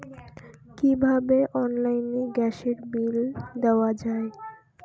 কিভাবে অনলাইনে গ্যাসের বিল দেওয়া যায়?